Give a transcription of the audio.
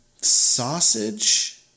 sausage